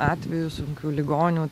atvejų sunkių ligonių